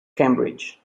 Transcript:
cambridge